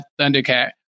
Thundercat